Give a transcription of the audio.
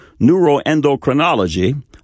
neuroendocrinology